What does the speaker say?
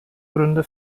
gründe